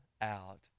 out